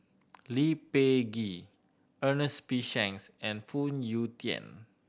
Lee Peh Gee Ernest P Shanks and Phoon Yew Tien